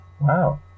Wow